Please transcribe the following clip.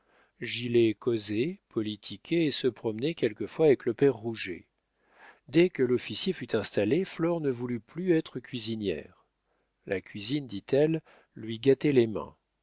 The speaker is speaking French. gilet causait politiquait et se promenait quelquefois avec le père rouget dès que l'officier fut installé flore ne voulut plus être cuisinière la cuisine dit-elle lui gâtait les mains